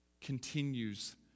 continues